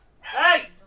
Hey